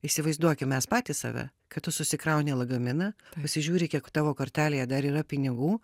įsivaizduokim mes patys save kad tu susikrauni lagaminą pasižiūri kiek tavo kortelėje dar yra pinigų